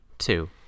two